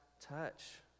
touch